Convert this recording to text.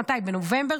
בנובמבר,